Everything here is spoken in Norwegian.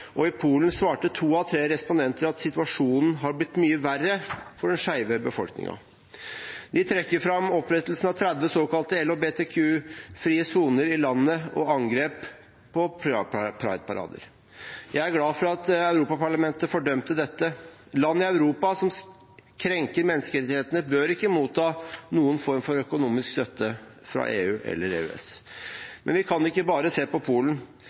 og i Polen svarte to av tre respondenter at situasjonen har blitt mye verre for den skeive befolkningen. De trekker fram opprettelsen av 30 såkalte LHBT-frie soner i landet og angrep på prideparader. Jeg er glad for at Europaparlamentet fordømte dette. Land i Europa som krenker menneskerettighetene, bør ikke motta noen form for økonomisk støtte fra EU eller EØS. Men vi kan ikke bare se på Polen.